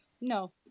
No